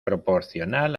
proporcional